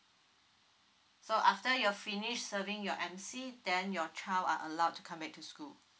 so after your finish serving your M_C then your child are allowed to come back to school